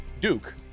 Duke